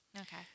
Okay